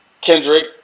Kendrick